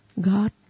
God